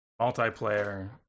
multiplayer